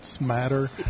matter